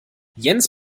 jens